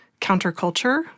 counterculture